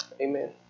amen